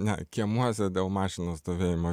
ne kiemuose dėl mašinų stovėjimo